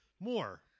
more